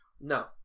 No